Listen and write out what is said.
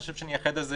אני חושב שנייחד לזה